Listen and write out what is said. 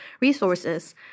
resources